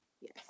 yes